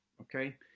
okay